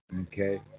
Okay